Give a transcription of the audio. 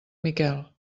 miquel